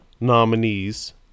nominees